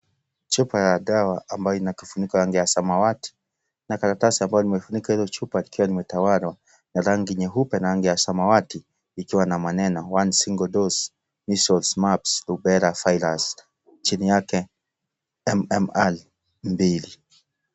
Chupa ya dawa ambayo ina kifuniko ya rangi ya samawati na karatasi ambalo limefunika hiyo chupa likiwa limetawalwa na rangi nyeupe na rangi samawati ikiwa na maneno one single dose measeles, mumps ,rubella virus , chini yake mmr mbili.